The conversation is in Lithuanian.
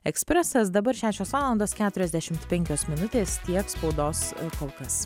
ekspresas dabar šešios valandos keturiasdešimt penkios minutės tiek spaudos kol kas